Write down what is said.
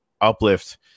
uplift